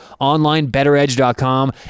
Onlinebetteredge.com